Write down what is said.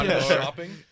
Shopping